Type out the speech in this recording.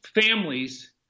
families